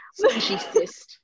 speciesist